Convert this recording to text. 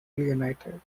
united